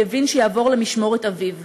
כי הבין שיעבור למשמורת אביו.